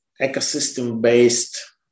ecosystem-based